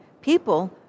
people